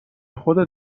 خودت